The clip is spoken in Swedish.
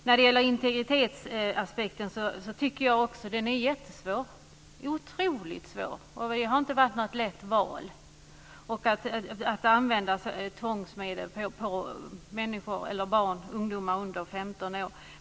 När det gäller integritetsaspekten tycker jag att det är otroligt svårt. Det har inte varit något lätt val när det gäller att använda tvångsmedel mot barn och ungdomar under 15 år.